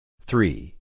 Three